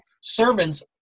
Servant's